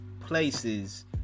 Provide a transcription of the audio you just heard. places